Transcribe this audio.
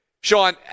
Sean